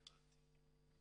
הבנתי.